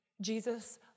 Jesus